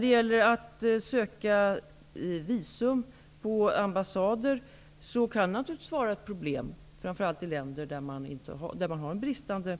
Det kan naturligtvis vara ett problem att söka visum på ambassader, framför allt i länder där människor har bristande